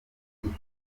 ndimo